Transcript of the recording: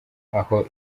aho